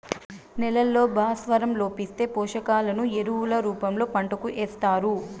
నేలల్లో భాస్వరం లోపిస్తే, పోషకాలను ఎరువుల రూపంలో పంటకు ఏస్తారు